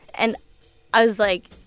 and i was like,